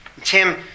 Tim